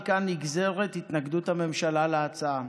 מכאן נגזרת התנגדות הממשלה להצעה.